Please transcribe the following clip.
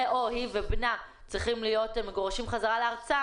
ואו היא ובנה צריכים להיות מגורשים בחזרה לארצם,